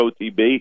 OTB